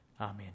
Amen